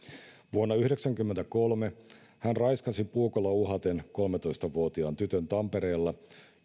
vuonna yhdeksänkymmentäkolme hän raiskasi puukolla uhaten kolmetoista vuotiaan tytön tampereella